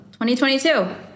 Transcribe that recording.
2022